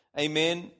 Amen